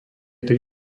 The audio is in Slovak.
tri